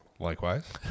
Likewise